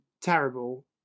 terrible